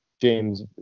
James